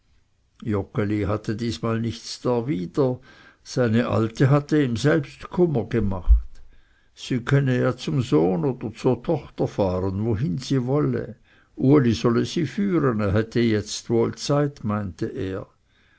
hatte diesmal nichts darwider seine alte hatte ihm selbst kummer gemacht sie könne ja zum sohn oder zur tochter fahren wohin sie wolle uli solle sie führen er hätte jetzt wohl zeit meinte er